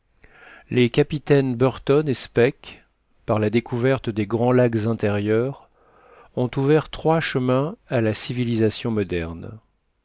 les capitaines burton et speke par la découverte des grands lacs intérieurs ont ouvert trois chemins à la civilisation moderne